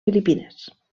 filipines